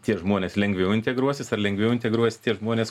tie žmonės lengviau integruosis ar lengviau integruosis tie žmonės